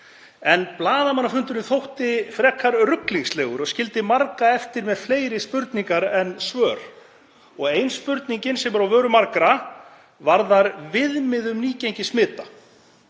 en blaðamannafundurinn þótti frekar ruglingslegur og skildi marga eftir með fleiri spurningar en svör. Ein spurningin sem er á vörum margra varðar viðmið um nýgengi smita.